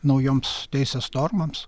naujoms teisės normoms